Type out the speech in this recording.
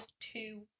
two